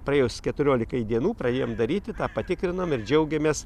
praėjus keturiolikai dienų pradėjom daryti tą patikrinom ir džiaugiamės